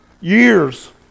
Years